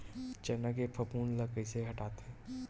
चना के फफूंद ल कइसे हटाथे?